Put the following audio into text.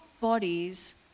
bodies